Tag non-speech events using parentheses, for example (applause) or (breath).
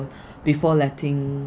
(breath) before letting